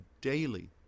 daily